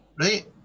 right